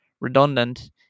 redundant